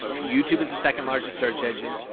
youtube is the second largest search engine.